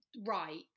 right